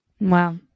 Wow